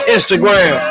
Instagram